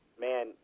man